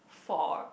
for